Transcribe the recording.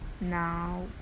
Now